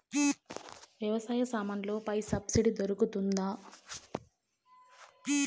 వ్యవసాయ సామాన్లలో పై సబ్సిడి దొరుకుతుందా?